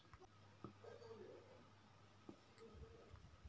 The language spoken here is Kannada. ಕಬ್ಬಿನ ಬೆಳೆಗೆ ಪೋಟ್ಯಾಶ ಗೊಬ್ಬರದಿಂದ ಉಪಯೋಗ ಐತಿ ಏನ್?